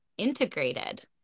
integrated